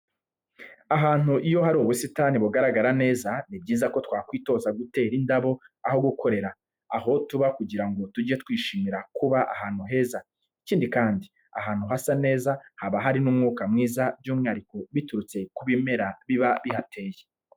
Ahantu iyo hari ubusitani hagaragara neza. Ni byiza ko twakwitoza gutera indabo aho dukorera, aho tuba kugira ngo tujye twishimira kuba ahantu heza. Ikindi kandi, ahantu hasa neza haba hari ni umwuka mwiza by'umwihariko biturutse ku ibimera biba bihateye.